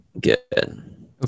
Good